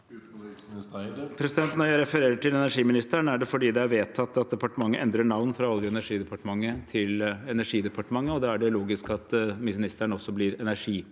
Når jeg refererer til energiministeren, er det fordi det er vedtatt at departementet endrer navn fra Olje- og energidepartementet til Energidepartementet, og da er det logisk at ministeren også blir energiminister.